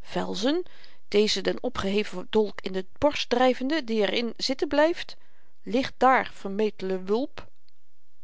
velzen dezen den opgeheven dolk in de borst dryvende die er in zitten blyft lig daar vermeetle wulp